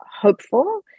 hopeful